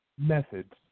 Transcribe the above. methods